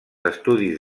estudis